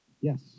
yes